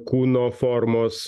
kūno formos